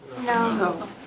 No